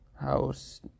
house